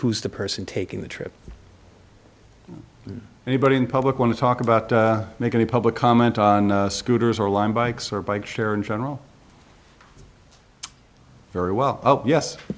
who's the person taking the trip anybody in public want to talk about make any public comment on scooters or line bikes or bike share in general very well oh yes